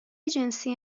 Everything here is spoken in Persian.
جنسی